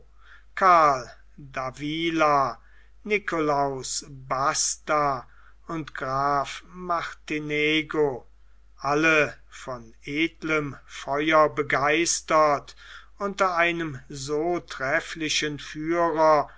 karl davila nicolaus basta und graf martinengo alle von edlem feuer begeistert unter einem so trefflichen führer